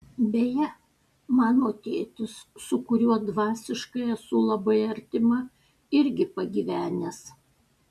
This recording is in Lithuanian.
beje mano tėtis su kuriuo dvasiškai esu labai artima irgi pagyvenęs